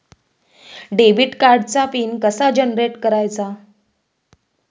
Debit कार्डचा pin कसा generate करायचा?